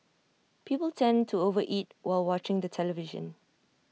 people tend to over eat while watching the television